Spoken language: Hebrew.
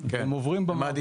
הם עוברים במעברים.